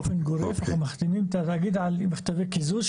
באופן גורף אנחנו מחתימים את התאגיד על מכתבי קיזוז,